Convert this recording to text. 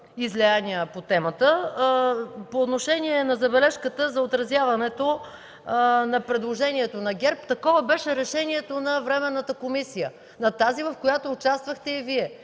излияния по темата. По отношение на забележката за отразяването на предложението на ГЕРБ – такова беше решението на временната комисия, на тази, в която участвахте и Вие